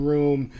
Room